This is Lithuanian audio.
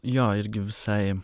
jo irgi visai